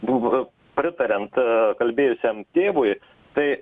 buvo pritariant kalbėjusiam tėvui tai